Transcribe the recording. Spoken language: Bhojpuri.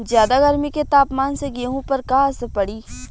ज्यादा गर्मी के तापमान से गेहूँ पर का असर पड़ी?